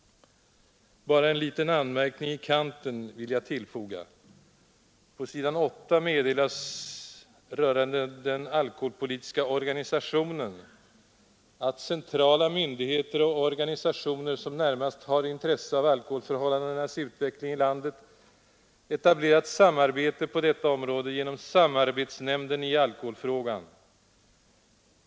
Bara dock en liten anmärkning i kanten vill jag tillfoga. På s. 8 meddelas rörande alkoholpolitikens organisation: ”De centrala myndigheter och organisationer som närmast har intresse av alkoholförhållandenas utveckling i landet har etablerat samarbete på detta område genom Samarbetsnämnden i alkoholfrågan.